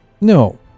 No